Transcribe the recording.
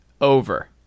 over